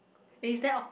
is that all